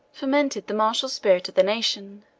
fomented the martial spirit of the nation.